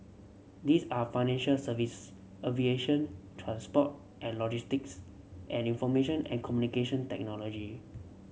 these are financial service aviation transport and logistics and information and Communication Technology